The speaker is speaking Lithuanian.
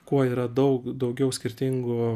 kuo yra daug daugiau skirtingų